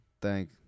thank